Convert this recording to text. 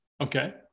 Okay